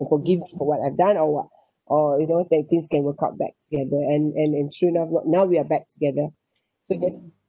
and forgive me for what I've done or what or you know then things can work out back together and and and sure enough what now we are back together